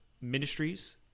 ministries